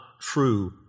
true